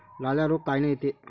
लाल्या रोग कायनं येते?